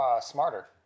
smarter